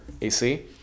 AC